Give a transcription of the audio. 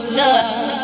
love